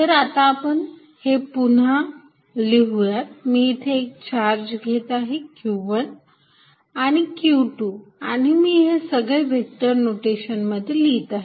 तर आता आपण हे पुन्हा लिहूयात मी इथे हे दोन चार्ज घेत आहे q१ आणि q२ आणि मी हे सगळे व्हेक्टर नोटेशनमध्ये लिहीत आहे